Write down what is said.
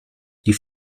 die